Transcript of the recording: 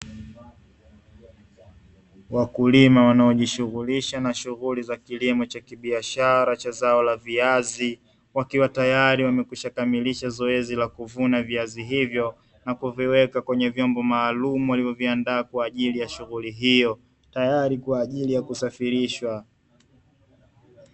Wakulima wanaojishughulisha na shughuli za kilimo cha kibiashara cha zao la viazi, wakiwa tayari wamekwishakamilisha zoezi la kuvuna viazi hi to, na kuviweka kwenye vyombo maalumu walivyoviandaa kwa ajili ya shughuli hiyo, tayari kwa ajili ya kusafirishwa.